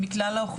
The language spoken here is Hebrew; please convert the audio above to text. מכלל האוכלוסייה.